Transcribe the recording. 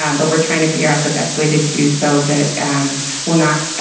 um but we're trying to figure out the best way to do so that and will not